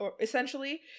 essentially